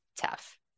tough